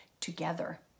together